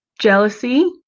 jealousy